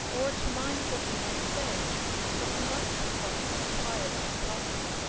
or to mind what he might say for he must be kept as quiet as possible.